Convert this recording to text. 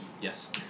Yes